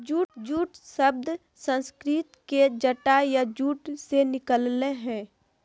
jute शब्द संस्कृत के जटा या जूट से निकलल हइ